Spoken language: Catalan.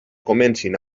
comencin